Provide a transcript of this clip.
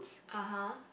(uh huh)